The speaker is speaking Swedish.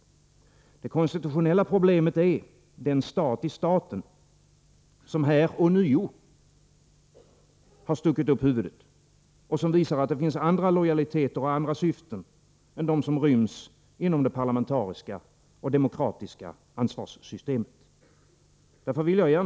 Det konstitutionella problemet gäller den stat i staten som här ånyo har stuckit upp huvudet och som visar att det finns andra lojaliteter och andra syften än dem som ryms inom det parlamentariska och demokratiska ansvarssystemet.